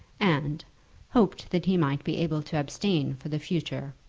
and hoped that he might be able to abstain for the future.